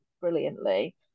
brilliantly